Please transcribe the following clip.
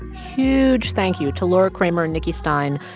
huge thank you to laura kramer and nicki stein,